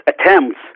attempts